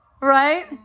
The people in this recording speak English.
Right